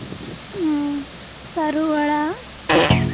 ᱥᱟᱹᱨᱩ ᱟᱲᱟᱜ